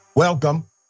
Welcome